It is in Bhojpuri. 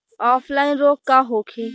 ऑफलाइन रोग का होखे?